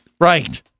Right